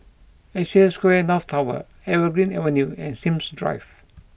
Asia Square North Tower Evergreen Avenue and Sims Drive